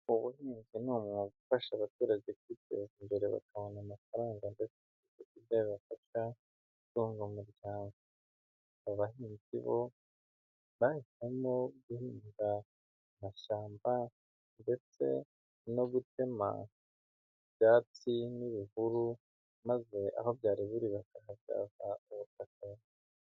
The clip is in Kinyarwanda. Ubuhinzi ni umwuga ufasha abaturage kwiteza imbere, bakabona amafaranga. Ndetse ku buryo bibafasha gutunga umuryango. Abahinzi bo bahisemo guhinga amashyamba ndetse no gutema ibyatsi n'ibihuru, maze aho byari biri bakahabyaza umusaruro .